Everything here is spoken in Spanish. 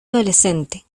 adolescente